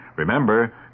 Remember